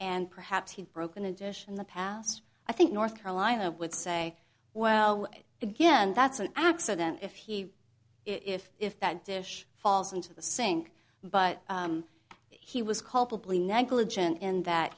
and perhaps he'd broken a dish in the past i think north carolina would say well again that's an accident if he if if that dish falls into the sink but he was culpably negligent in that